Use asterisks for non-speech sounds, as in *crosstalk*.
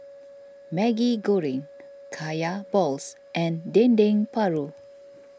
*noise* Maggi Goreng Kaya Balls and Dendeng Paru